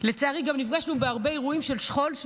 לצערי שנינו גם נפגשנו בהרבה אירועים של שכול,